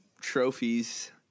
trophies